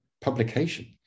publication